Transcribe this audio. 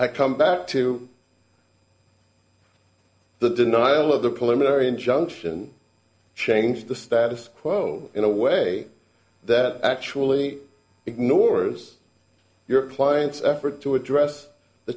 i come back to the denial of the political injunction change the status quo in a way that actually ignores your client's effort to address the